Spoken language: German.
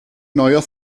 neuer